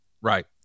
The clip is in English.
right